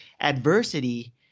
adversity